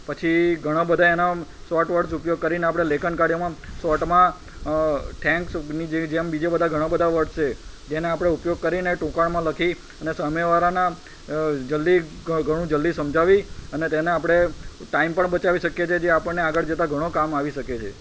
પછી ઘણા બધા એના સોર્ટ વર્ડ્સ ઉપયોગ કરીને આપણે લેખન કાર્યમાં સોર્ટમાં થેંક્સની જેવી જેમ બીજા ઘણા બધા વર્ડ્સ છે જેને આપણે ઉપયોગ કરીને ટૂંકાણમાં લખી અને સામે વારાના જલ્દી ઘણું જલ્દી સમઝાવી અને તેને આપણે ટાઈમ પણ બચાવી શકીએ છીએ જે આપણને આગળ જતાં ઘણો કામ આવી શકે છે